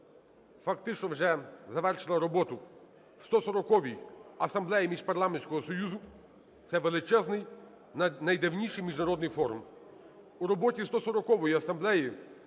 фактично вже завершила роботу в 140-й Асамблеї Міжпарламентського союзу, це величезний найдавніший міжнародний форум. У роботі 140-ї Асамблеї